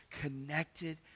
connected